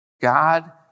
God